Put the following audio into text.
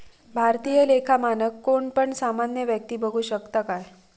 भारतीय लेखा मानक कोण पण सामान्य व्यक्ती बघु शकता काय?